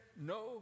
no